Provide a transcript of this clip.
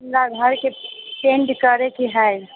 हमरा घरके पेन्ट करैके हइ